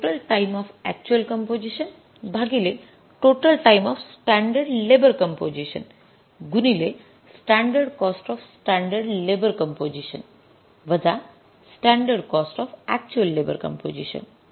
total time of actual composition भागिले total time of standard labour composition गुणिले standard cost of standard labour composition वजा standard cost of actual labour composition